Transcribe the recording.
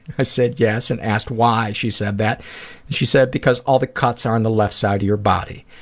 i said yes and asked why she said that. and she said because all the cuts are on the left side of your body.